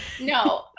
No